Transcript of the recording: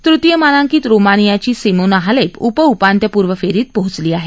तृतीय मानांकित रोमानियाची सिमोना हालेप उप उपांत्यपूर्व फेरीत पोहोचली आहे